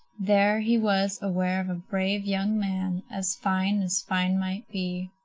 there he was aware of a brave young man, as fine as fine might be.